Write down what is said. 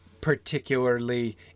particularly